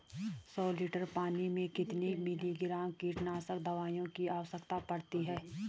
सौ लीटर पानी में कितने मिलीग्राम कीटनाशक दवाओं की आवश्यकता पड़ती है?